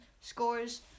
scores